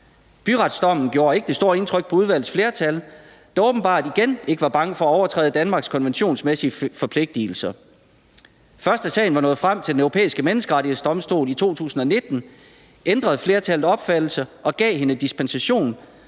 Byretsdommen gjorde ikke det store indtryk på udvalgets flertal, der åbenbart igen ikke var bange for at overtræde Danmarks konventionsmæssige forpligtelser. Første da sagen var nået frem til Den Europæiske Menneskerettighedsdomstol i 2019, ændrede flertallet opfattelse og gav hende dispensation,